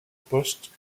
poste